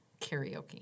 karaoke